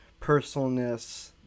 personalness